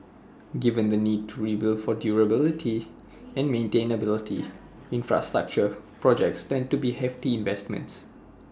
given the need to rebuild for durability and maintainability infrastructure projects tend to be hefty investments